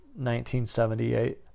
1978